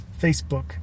Facebook